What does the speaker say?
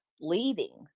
leading